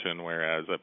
whereas